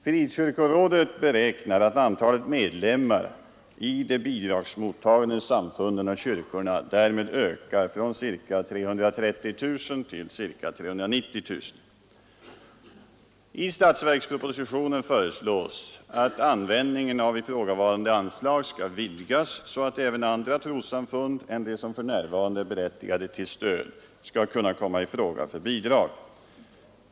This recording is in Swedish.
Frikyrkorådet beräknar att antalet medlemmar i de bidragsmottagande samfunden och kyrkorna därmed ökar från ca 330 000 till ca 390 000. I statsverkspropositionen föreslås att användningen av ifrågavarande anslag skall vidgas så att även andra trossamfund än de som för närvarande är berättigade till stöd skall kunna komma i fråga för bidrag.